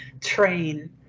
train